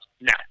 No